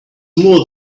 more